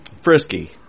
frisky